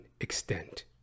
extent